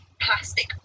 plastic